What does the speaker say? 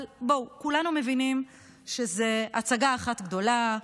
אבל בואו, כולנו מבינים שזו הצגה אחת גדולה.